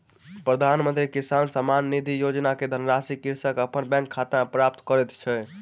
प्रधानमंत्री किसान सम्मान निधि योजना के धनराशि कृषक अपन बैंक खाता में प्राप्त करैत अछि